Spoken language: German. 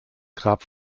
grab